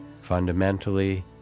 Fundamentally